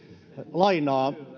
lainaa